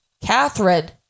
Catherine